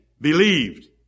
believed